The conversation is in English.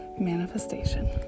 manifestation